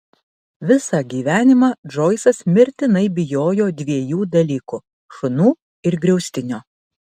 visą gyvenimą džoisas mirtinai bijojo dviejų dalykų šunų ir griaustinio